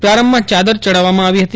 પ્રારંભ માં ચાદર ચઢાવવા માં આવી ફતી